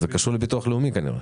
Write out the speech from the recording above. זה קשור לביטוח לאומי כנראה.